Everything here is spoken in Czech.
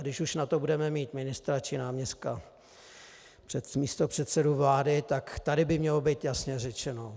Když už na to budeme mít ministra či náměstka přes místopředsedu vlády, tak tady by mělo být jasně řečeno.